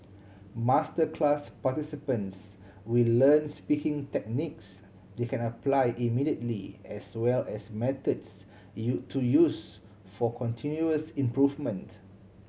masterclass participants will learn speaking techniques they can apply immediately as well as methods U to use for continuous improvement